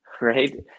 right